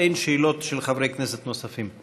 אין שאלות של חברי כנסת נוספים.